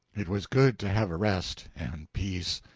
it was good to have a rest and peace.